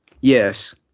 Yes